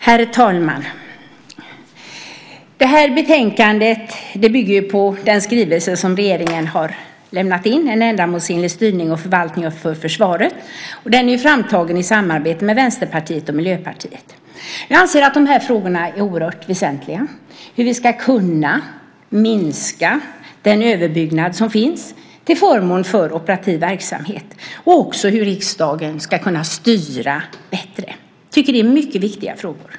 Herr talman! Det här betänkandet bygger på den skrivelse som regeringen har lämnat, En ändamålsenlig styrning och förvaltning för försvaret . Den är framtagen i samarbete med Vänsterpartiet och Miljöpartiet. Jag anser att dessa frågor är oerhört väsentliga. Det handlar om hur vi ska kunna minska den överbyggnad som finns till förmån för operativ verksamhet och också hur riksdagen ska kunna styra bättre. Det är mycket viktiga frågor.